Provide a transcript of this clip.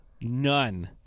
None